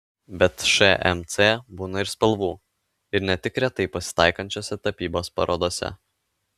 bet šmc būna ir spalvų ir ne tik retai pasitaikančiose tapybos parodose